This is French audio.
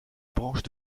branches